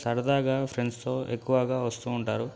సరదాగా ఫ్రెండ్స్తో ఎక్కువగా వస్తు ఉంటారు